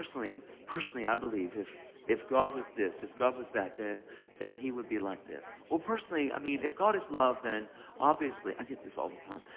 personally personally i believe if if god was this, if god was that, then then he would be like this. oh, personally, i mean, if god is love then obviously i get this all the time.